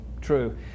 true